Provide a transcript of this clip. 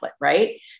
right